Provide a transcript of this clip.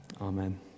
Amen